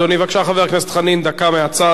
בבקשה, חבר הכנסת חנין, דקה מהצד.